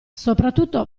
soprattutto